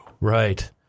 right